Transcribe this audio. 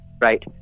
right